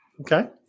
Okay